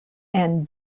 and